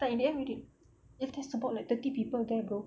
but in the end we didn't if there's about like thirty people then go